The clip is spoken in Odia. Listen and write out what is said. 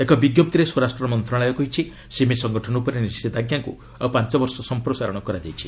ଏକ ବିଞ୍ଜପ୍ତିରେ ସ୍ୱରାଷ୍ଟ୍ର ମନ୍ତ୍ରଣାଳୟ କହିଛି ସିମି ସଂଗଠନ ଉପରେ ନିଷେଧାଞ୍ଜାକୁ ଆଉ ପାଞ୍ଚ ବର୍ଷ ସଂପ୍ରସାରଣ କରାଯାଇଛି